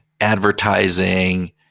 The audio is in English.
advertising